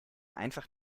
einfach